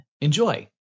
Enjoy